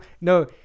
No